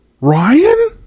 Ryan